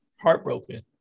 heartbroken